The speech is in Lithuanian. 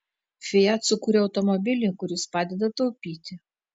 fiat sukūrė automobilį kuris padeda taupyti